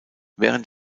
während